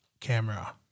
camera